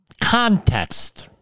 context